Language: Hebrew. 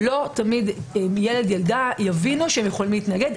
לא תמיד ילד יבין שהוא יכול להתנגד.